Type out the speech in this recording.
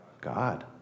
God